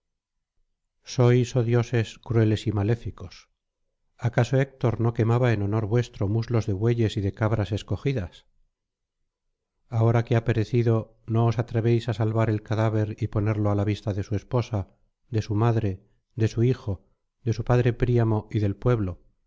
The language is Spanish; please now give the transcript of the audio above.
sois oh dioses crueles y maléficos acaso héctor no quemaba en honor vuestro muslos de bueyes y de cabras escogidas ahora que ha perecido no os atrevéis á salvar el cadáver y ponerlo á la vista de su esposa de su madre de su hijo de su padre príamo y del pueblo